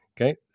okay